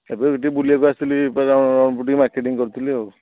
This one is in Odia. ଏବେ ବି ଟିକିଏ ବୁଲିବାକୁ ଆସିଥିଲି ଟିକିଏ ମାର୍କେଟିଙ୍ଗ୍ କରୁଥିଲି ଆଉ